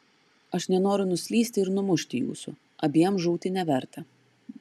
aš nenoriu nuslysti ir numušti jūsų abiem žūti neverta